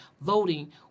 voting